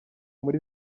muri